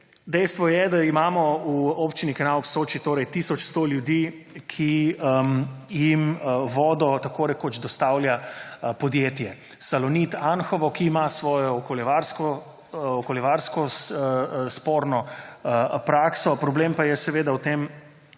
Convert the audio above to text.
Dejstvo je, da imamo v Občini Kanal ob Soči tisoč 100 ljudi, ki jim vodo tako rekoč dostavlja podjetje Salonit Anhovo, ki ima svojo okoljevarsko sporno prakso, problem pa je seveda v tem,